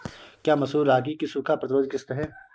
क्या मसूर रागी की सूखा प्रतिरोध किश्त है?